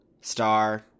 Star